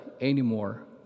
anymore